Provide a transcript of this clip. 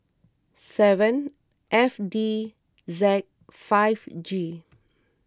seven F D Z five G